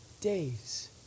days